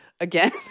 again